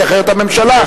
כי אחרת הממשלה תבקש,